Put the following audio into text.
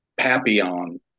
Papillon